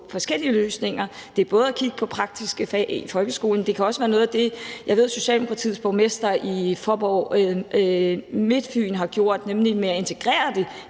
forskellige løsninger. Det er både at kigge på praktiske fag i folkeskolen, men det kan også være noget af det, som jeg ved Socialdemokratiets borgmester i Faaborg-Midtfyn Kommune har gjort med at integrere det